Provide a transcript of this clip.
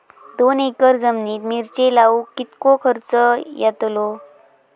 दोन एकर जमिनीत मिरचे लाऊक कितको खर्च यातलो?